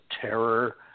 terror